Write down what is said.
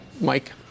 Mike